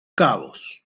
cabos